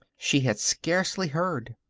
she had scarcely heard.